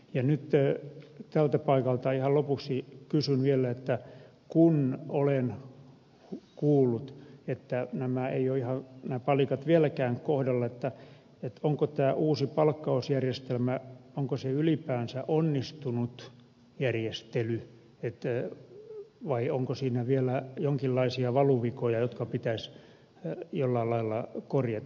nyt tältä paikalta ihan lopuksi kysyn vielä kun olen kuullut että nämä palikat eivät ole ihan vieläkään kohdallaan onko tämä uusi palkkausjärjestelmä ylipäänsä onnistunut järjestely vai onko siinä vielä jonkinlaisia valuvikoja jotka pitäisi jollain lailla korjata